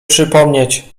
przypomnieć